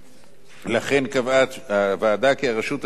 לכן קבעה הוועדה כי הרשות לתביעה תהיה רשאית